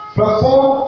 perform